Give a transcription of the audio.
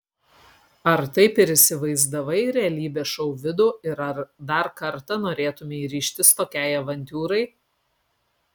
ar taip ir įsivaizdavai realybės šou vidų ir ar dar kartą norėtumei ryžtis tokiai avantiūrai